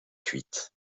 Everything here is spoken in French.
cuite